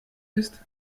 ist